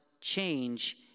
change